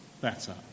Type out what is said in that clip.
better